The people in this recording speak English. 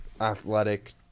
athletic